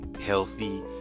healthy